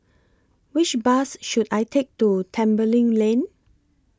Which Bus should I Take to Tembeling Lane